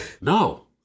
no